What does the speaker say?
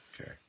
Okay